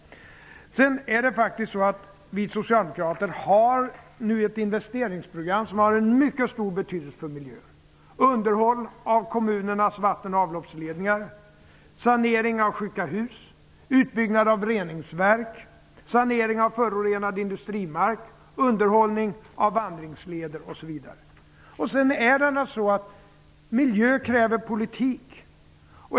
Vi socialdemokrater har nu ett investeringsprogram som har en mycket stor betydelse för miljön: underhåll av kommunernas vatten och avloppsledningar, sanering av sjuka hus, utbyggnad av reningsverk, sanering av förorenad industrimark, underhåll av vandringsleder osv. Miljö kräver politik.